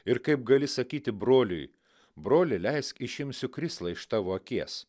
ir kaip gali sakyti broliui broli leisk išimsiu krislą iš tavo akies